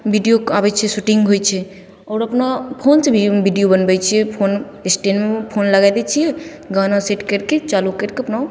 video आबै छै shooting होइ छै आओर अपना फोनसे भी वीडिओ बनबै छिए फोन एस्टैण्डमे फोन लगै दै छिए गाना सेट करिके चालू करिके अपना